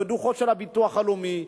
בדוחות של הביטוח הלאומי,